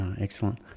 excellent